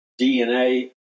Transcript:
DNA